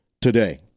today